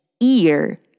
Ear